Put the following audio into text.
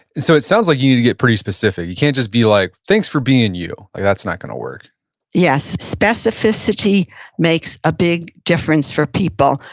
so it sounds like you need to get pretty specific. you can't just be like, thanks for being you. that's not gonna work yes, specificity makes a big difference for people.